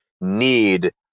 need